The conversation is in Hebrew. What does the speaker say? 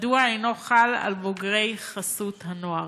מדוע אינו חל על בוגרי חסות הנוער?